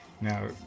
Now